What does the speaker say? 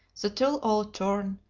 the tulle all torn,